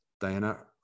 Diana